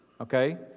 okay